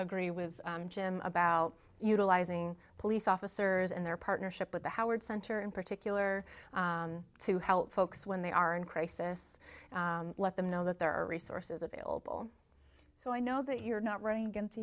agree with jim about utilizing police officers and their partnership with the howard center in particular to help folks when they are in crisis let them know that there are resources available so i know that you're not running against